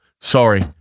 sorry